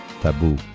Taboo